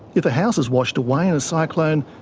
if a house is washed away in a cyclone,